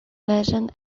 legend